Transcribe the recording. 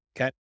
Okay